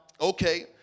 okay